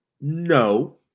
No